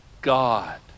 God